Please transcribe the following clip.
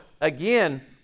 again